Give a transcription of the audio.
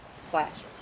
splashes